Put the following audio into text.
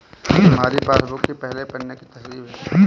तुम्हारी पासबुक की पहले पन्ने की तस्वीर भेज दो